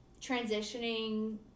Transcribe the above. transitioning –